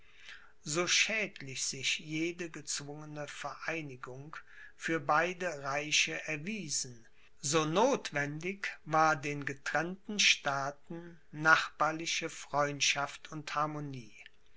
so schädlich sich jene gezwungene vereinigung für beide reiche erwiesen so nothwendig war den getrennten staaten nachbarliche freundschaft und harmonie